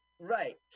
Right